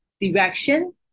direction